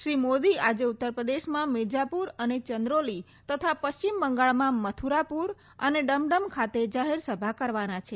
શ્રી મોદી આજે ઉત્તરપ્રદેશમાં મિરજાપુર અને ચંદ્રોલી તથા પશ્ચિમ બંગાળમાં મથુરાપુર અને ડમડમ ખાતે જાહેરસભા કરવાના છે